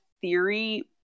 theory